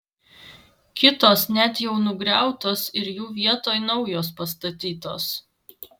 kitos net jau nugriautos ir jų vietoj naujos pastatytos